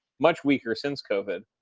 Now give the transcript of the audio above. much weaker since covid.